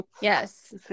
Yes